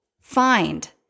find